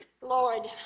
Lord